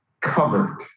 covered